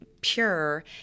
pure